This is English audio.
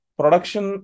production